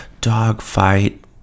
dogfight